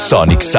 Sonic